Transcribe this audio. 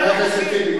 בלתי אפשרי.